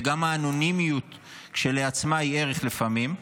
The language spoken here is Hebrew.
וגם האנונימיות כשלעצמה היא ערך לפעמים.